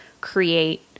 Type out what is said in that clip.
create